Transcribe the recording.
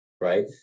right